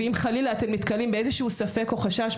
ואם חלילה אתם נתקלים באיזשהו ספק או חשש,